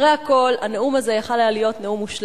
אחרי הכול, הנאום הזה היה יכול להיות מושלם